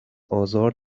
آزار